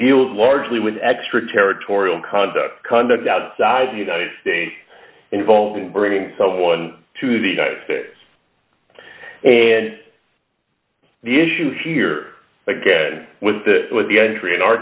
deals largely with extraterritorial conduct conduct outside the united states involved in bringing someone to the united states and the issue here again with the with the entry in our